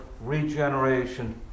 regeneration